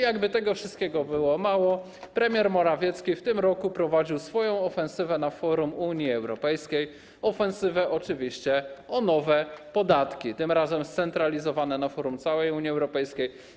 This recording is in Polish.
Jakby tego wszystkiego było mało, premier Morawiecki w tym roku prowadził swoją ofensywę na forum Unii Europejskiej, ofensywę dotyczącą oczywiście nowych podatków, tym razem scentralizowanych, na forum całej Unii Europejskiej.